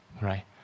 right